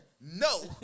No